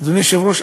אדוני היושב-ראש,